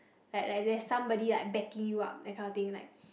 like like there's somebody like backing you up that kind of thing like